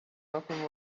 nothing